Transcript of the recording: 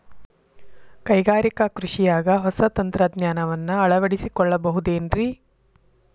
ಕೈಗಾರಿಕಾ ಕೃಷಿಯಾಗ ಹೊಸ ತಂತ್ರಜ್ಞಾನವನ್ನ ಅಳವಡಿಸಿಕೊಳ್ಳಬಹುದೇನ್ರೇ?